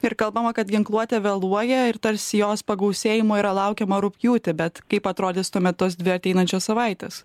ir kalbama kad ginkluotė vėluoja ir tarsi jos pagausėjimo yra laukiama rugpjūtį bet kaip atrodys tuomet tos dvi ateinančios savaitės